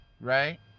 right